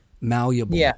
malleable